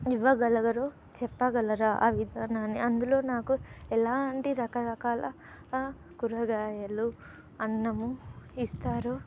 ఇవ్వగలుగుతారు చెప్పగలరా ఆ విధానాన్ని అందులో నాకు ఎలాంటి రకరకాల కూరగాయలు అన్నము ఇస్తారు